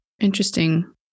Interesting